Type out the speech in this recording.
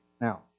Now